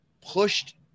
pushed